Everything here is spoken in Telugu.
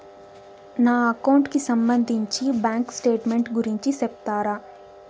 నా అకౌంట్ కి సంబంధించి బ్యాంకు స్టేట్మెంట్ గురించి సెప్తారా